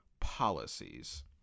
policies